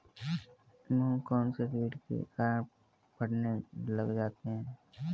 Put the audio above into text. मूंग कौनसे कीट के कारण कटने लग जाते हैं?